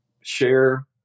share